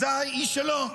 אזי היא שלו.